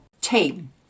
team